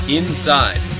inside